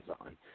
on